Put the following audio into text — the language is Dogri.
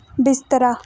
बिस्तरा